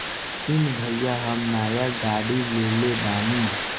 सुन भाई हम नाय गाड़ी लेले बानी